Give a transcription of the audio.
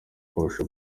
kurusha